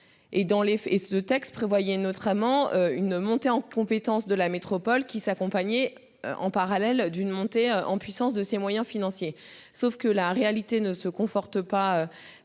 ce texte prévoyait notamment une montée en compétence de la métropole qui s'accompagner, en parallèle d'une montée en puissance de ses moyens financiers. Sauf que la réalité ne se confortent pas